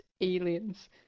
aliens